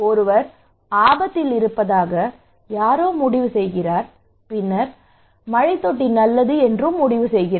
ஒருவர் ஆபத்தில் இருப்பதாக யாரோ முடிவு செய்தனர் பின்னர் மழைநீர் தொட்டி நல்லது என்றும் முடிவு செய்தனர்